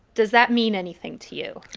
does that mean anything to you?